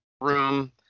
room